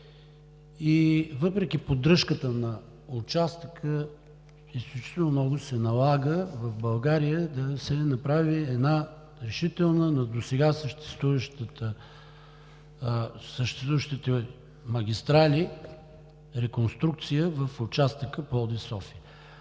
и въпреки поддръжката на участъка, изключително много се налага в България да се направи една решителна на досега съществуващите магистрали реконструкция в участъка Пловдив